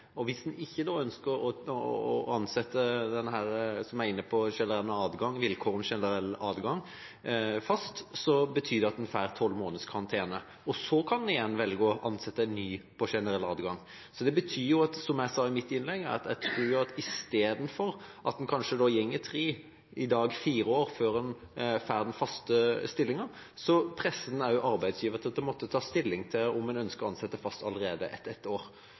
fast. Hvis en da ikke ønsker å ansette personen som er inne på vilkår om generell adgang, fast, betyr det at en får 12 måneders karantene. Så kan en igjen velge å ansette en ny på generell adgang. Det betyr, som jeg sa i mitt innlegg, at i stedet for at en kanskje går tre – i dag fire – år før en får den faste stillingen, presser en arbeidsgiver til å måtte ta stilling til om en ønsker å ansette fast allerede etter ett år.